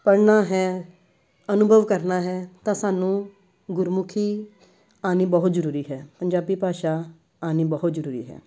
ਪੜ੍ਹਨਾ ਹੈ ਅਨੁਭਵ ਕਰਨਾ ਹੈ ਤਾਂ ਸਾਨੂੰ ਗੁਰਮੁਖੀ ਆਉਣੀ ਬਹੁਤ ਜ਼ਰੂਰੀ ਹੈ ਪੰਜਾਬੀ ਭਾਸ਼ਾ ਆਉਣੀ ਬਹੁਤ ਜ਼ਰੂਰੀ ਹੈ